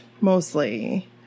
mostly